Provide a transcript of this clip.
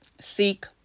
seek